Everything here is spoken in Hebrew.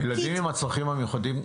הילדים עם הצרכים המיוחדים,